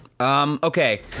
Okay